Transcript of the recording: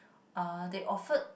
uh they offered